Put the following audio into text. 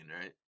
right